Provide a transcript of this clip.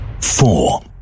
Four